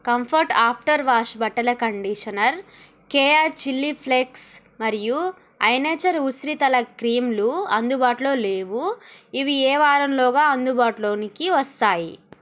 comfort after wash బట్టల conditioner Keya chilli flakes మరియు I nature ఉసిరి తల క్రీమ్లు అందుబాటులో లేవు ఇవి ఏ వారంలోగా అందుబాటులోనికి వస్తాయి